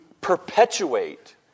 perpetuate